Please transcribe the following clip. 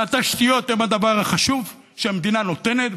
והתשתיות הן הדבר החשוב שהמדינה נותנת,